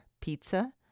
pizza